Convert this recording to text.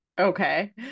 Okay